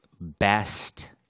best